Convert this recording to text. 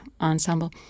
ensemble